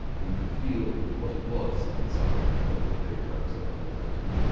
we could feel what it was in some way, and whether the theory works or not is up to you,